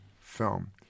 film